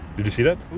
did you see that?